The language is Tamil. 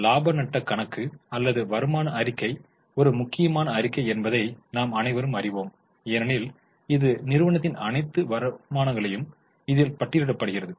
இலாப நட்டக் கணக்கு அல்லது வருமான அறிக்கை ஒரு முக்கியமான அறிக்கை என்பதை நாம் அனைவரும் அறிவோம் ஏனெனில் இது நிறுவனத்தின் அனைத்து வருமானங்களும் இதில் பட்டியலிடப்படுகிறது